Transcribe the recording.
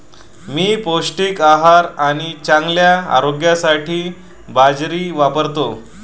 मी पौष्टिक आहार आणि चांगल्या आरोग्यासाठी बाजरी वापरतो